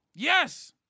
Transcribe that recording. Yes